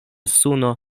suno